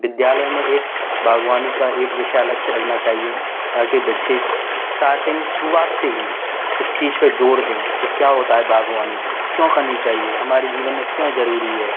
विद्यालयों में एक बाग़बानी का एक विषय अलग से रखना चाहिए ताकि बच्चे इश्टार्टिंग सुरुआत से ही इस चीज़ पर ज़ोर दें कि क्या होता है बाग़बानी क्यों करनी चाहिए हमारे जीवन में क्यों ज़रूरी है